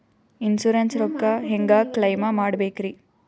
Insurance ರೊಕ್ಕ ಹೆಂಗ claim ಮಾಡ್ಬೇಕ್ರಿ?